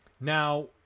Now